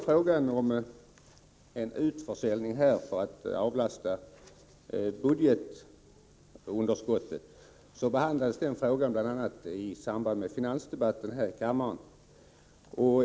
Frågan om en utförsäljning syftande till minskning av budgetunderskottet behandlades bl.a. under finansdebatten här i kammaren.